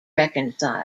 reconciled